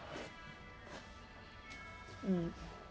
mm